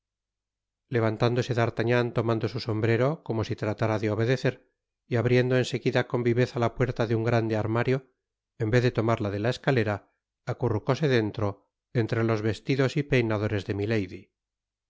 levantóse d'artagnan tomando su sombrero como si tratára de obedecer y abriendo en seguida con viveza la puerta de un grande armario en vez de tomar la de la escalera acurrucóse dentro entre los vestidos y peinadores de milady